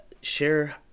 share